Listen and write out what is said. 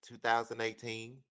2018